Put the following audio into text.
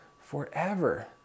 forever